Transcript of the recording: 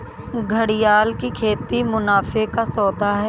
घड़ियाल की खेती मुनाफे का सौदा है